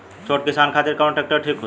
छोट किसान खातिर कवन ट्रेक्टर ठीक होई?